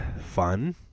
fun